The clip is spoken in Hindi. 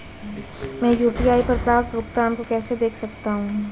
मैं यू.पी.आई पर प्राप्त भुगतान को कैसे देख सकता हूं?